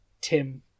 Tim